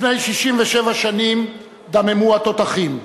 לפני 67 שנים דממו התותחים.